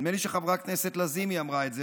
נדמה לי שחברת הכנסת לזימי אמרה את זה,